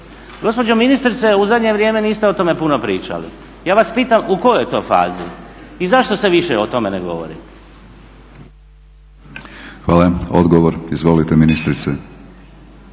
Gospođo ministrice, u zadnje vrijeme niste o tome puno pričali. Ja vas pitam u kojoj je to fazi i zašto se više o tome ne govori? **Batinić, Milorad (HNS)** Hvala. Odgovor, izvolite ministrice.